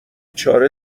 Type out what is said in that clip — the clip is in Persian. چاره